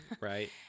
Right